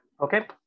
Okay